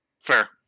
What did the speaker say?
Fair